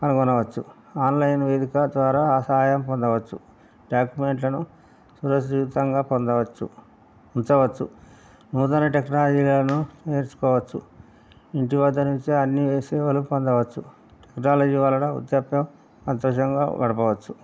కనుగొనవచ్చు ఆన్లైన్ వేదిక ద్వారా ఆ సహాయం పొందవచ్చు డాక్యుమెంట్లను సురక్షితంగా పొందవచ్చు ఉంచవచ్చు నూతన టెక్నాలజీలను నేర్చుకోవచ్చు ఇంటి వద్ద నుంచే అన్ని వేసే వాళ్ళు పొందవచ్చు టెక్నాలజీ వలన వృధ్యాప్యం సంతోషంగా గడపవచ్చు